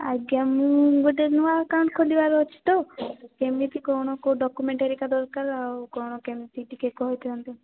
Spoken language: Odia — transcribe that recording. ଆଜ୍ଞା ମୁଁ ଗୋଟେ ନୂଆ ଆକାଉଣ୍ଟ ଖୋଲିବାର ଅଛି ତ କେମିତି କ'ଣ କେଉଁ ଡକୁମେଣ୍ଟ ଧରିକା ଦରକାର ଆଉ କ'ଣ କେମିତି ଟିକେ କହିଦିଅନ୍ତୁ